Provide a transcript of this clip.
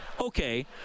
Okay